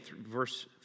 verse